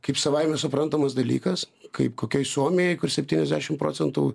kaip savaime suprantamas dalykas kaip kokioj suomijoj kur septyniasdešim procentų